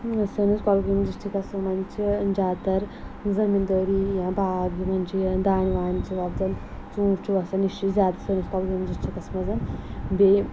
سٲنِس کۄلگٲمِس ڈِسٹِرٛکَس منٛز چھِ زیادٕ تَر زمیٖندٲری یا باغ یِمَن چھِ دانہِ وانہِ چھِ وۄپدَن ژوٗنٛٹھۍ چھِ وَسان یہِ چھِ زیادٕ سٲنِس کۄلگٲمِس ڈِسٹِرٛکَس منٛز بیٚیہِ